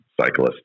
cyclists